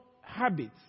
habits